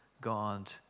God